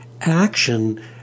action